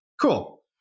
Cool